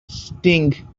sting